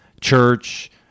church